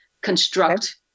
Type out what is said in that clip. construct